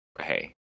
hey